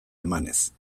emanez